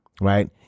Right